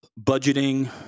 budgeting